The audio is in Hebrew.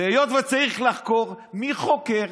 והיות שצריך לחקור, מי חוקר?